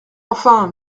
enfin